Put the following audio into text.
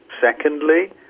Secondly